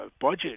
budget